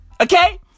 Okay